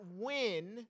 win